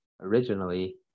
originally